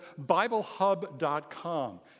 biblehub.com